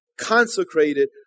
consecrated